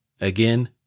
Again